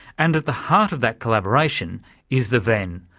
and at the heart of that collaboration is the ven,